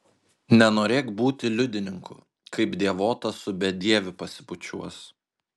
nenorėk būti liudininku kaip dievotas su bedieviu pasibučiuos